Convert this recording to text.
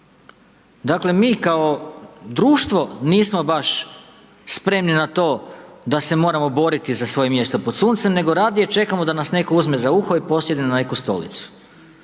dakle mi kao društvo nismo baš spremni na to da se moramo boriti za svoje mjesto pod suncem nego radije čekamo da nas netko uzme za uho i posjedne na neku stolicu.